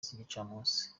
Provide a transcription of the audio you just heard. z’igicamunsi